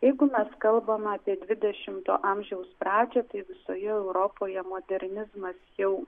jeigu mes kalbam apie dvidešimto amžiaus pradžią tai visoje europoje modernizmas jau